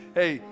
hey